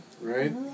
right